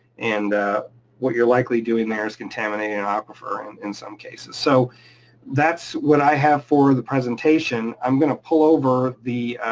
and what you're likely doing there is contaminating an aquifer um in some cases. so that's what i have for the presentation. presentation. i'm gonna pull over the